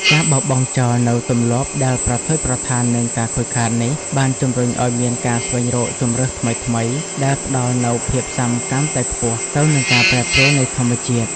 ការបោះបង់ចោលនូវទម្លាប់ដែលប្រថុយប្រថាននឹងការខូចខាតនេះ បានជំរុញឱ្យមានការស្វែងរកជម្រើសថ្មីៗដែលផ្ដល់នូវភាពស៊ាំកាន់តែខ្ពស់ទៅនឹងការប្រែប្រួលនៃធម្មជាតិ។